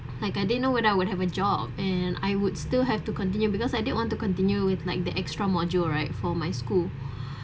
like I didn't know whether I would have a job and I would still have to continue because I did want to continue with like the extra module right for my school